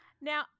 Now-